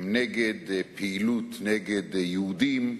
הם נגד פעילות נגד יהודים.